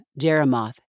Jeremoth